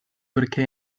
perché